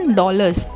dollars